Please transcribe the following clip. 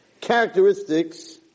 characteristics